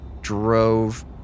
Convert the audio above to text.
drove